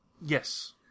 Yes